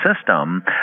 system